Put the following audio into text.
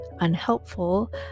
unhelpful